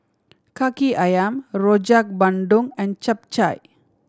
Kaki Ayam Rojak Bandung and Chap Chai